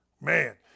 Man